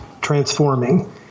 transforming